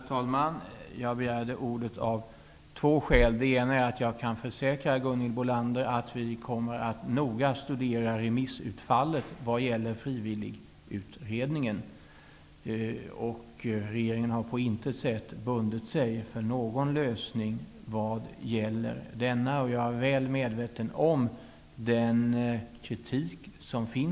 Herr talman! Jag begärde ordet av två skäl. För det första kan jag försäkra Gunhild Bolander att vi kommer att noga studera remissutfallet vad gäller Frivilligutredningen. Regeringen har på intet sätt bundit sig för någon lösning. Jag är väl medveten om kritiken.